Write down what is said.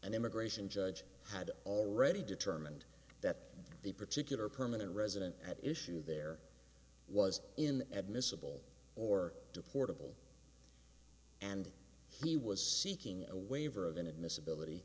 an immigration judge had already determined that the particular permanent resident at issue there was in the ad miscible or deportable and he was seeking a waiver of inadmissibility